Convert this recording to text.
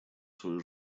свою